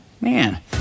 Man